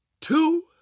two